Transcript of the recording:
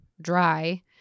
dry